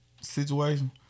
situation